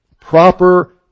Proper